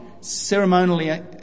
ceremonially